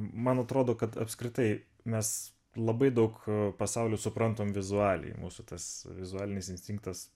man atrodo kad apskritai mes labai daug pasaulių suprantam vizualiai mūsų tas vizualinis instinktas